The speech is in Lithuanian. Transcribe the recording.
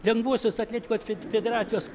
lengvosios atletikos federacijos